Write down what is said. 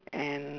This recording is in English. and